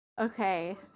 Okay